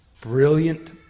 brilliant